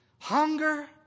hunger